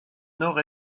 nord